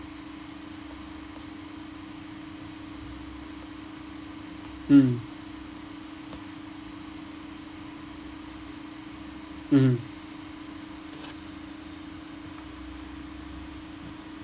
mm mm